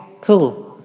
Cool